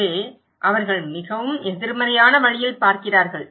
எனவே அவர்கள் மிகவும் எதிர்மறையான வழியில் பார்க்கிறார்கள்